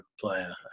player